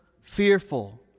fearful